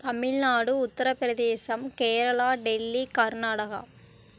Tamil Nadu Uttar Pradesh Kerala Delhi Karnataka